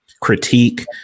critique